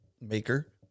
maker